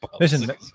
listen